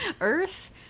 Earth